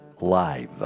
live